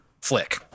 flick